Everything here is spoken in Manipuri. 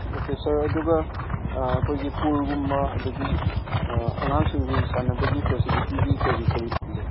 ꯑꯣꯀꯦ ꯁꯥꯔ ꯑꯗꯨꯒ ꯑꯩꯈꯣꯏꯒꯤ ꯄꯨꯜꯒꯨꯝꯕ ꯑꯗꯒꯤ ꯑꯉꯥꯡꯁꯤꯡꯒꯤ ꯁꯥꯟꯅꯕꯒꯤ ꯐꯦꯁꯤꯂꯤꯇꯤꯗꯤ ꯀꯔꯤ ꯀꯔꯤ ꯊꯝꯒꯦ